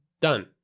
done